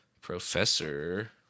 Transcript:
Professor